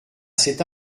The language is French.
cet